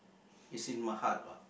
it's in my heart lah